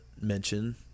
mention